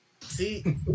See